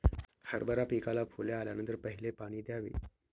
हरभरा पिकाला फुले आल्यानंतर पहिले पाणी द्यावे